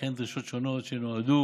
וכן דרישות שונות שנועדו